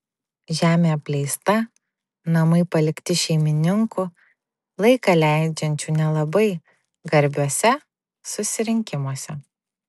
žemė apleista namai palikti šeimininkų laiką leidžiančių nelabai garbiuose susirinkimuose